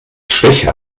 schwäche